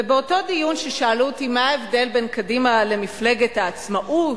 ובאותו דיון ששאלו אותי מה ההבדל בין קדימה לבין מפלגה העצמאות,